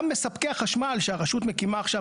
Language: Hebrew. גם מספקי החשמל שהרשות מקימה עכשיו